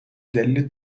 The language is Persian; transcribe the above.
دلیل